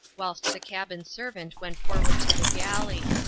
whilst the cabin servant went forward to the galley.